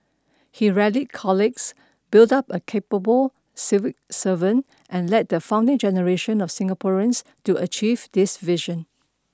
he rallied colleagues built up a capable civil servant and led the founding generation of Singaporeans to achieve this vision